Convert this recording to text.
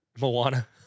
Moana